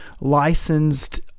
licensed